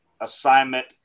assignment